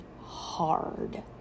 hard